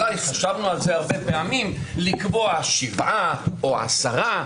חשבנו על זה הרבה פעמים לקבוע שבעה או עשרה,